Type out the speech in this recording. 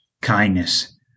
kindness